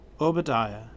Obadiah